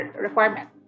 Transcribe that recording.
requirement